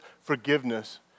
forgiveness